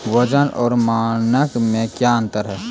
वजन और मानक मे क्या अंतर हैं?